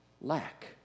lack